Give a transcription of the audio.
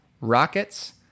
Rockets